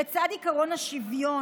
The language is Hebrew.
לצד עקרון השוויון,